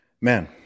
man